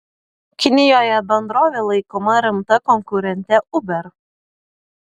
kinijoje bendrovė laikoma rimta konkurente uber